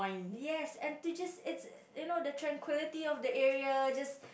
yes and to just it's you know the tranquility of the area just